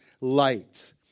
light